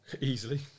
Easily